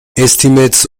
estimates